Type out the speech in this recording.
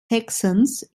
texans